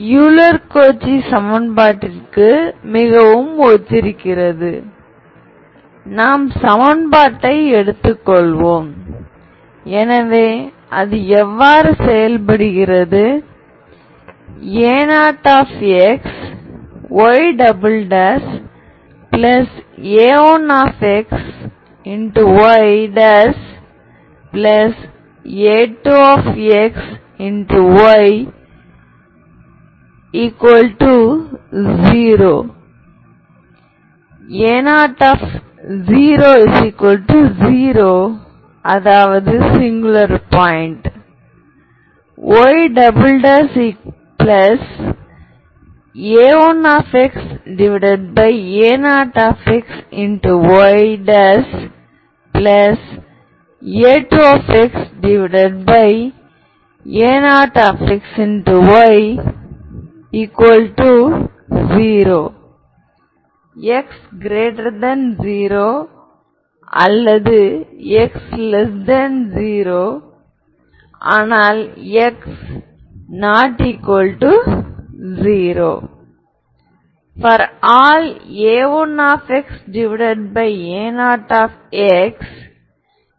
Hermitian matrix skew symmetric matrix என்றும் உள்ளீடுகள் complex எண் என்றும் இந்த மேட்ரிக்ஸின் உள்ளீடுகள் உண்மையானதாக இருக்கும்போது அது சிம்மெட்ரிக் மேட்ரிக்ஸ் ஆகும் எனவே சிம்மெட்ரிக் அல்லது ஸ்கியூ சிம்மெட்ரி மேட்ரிக்சின் பண்புகள் அழகாக இருக்கும்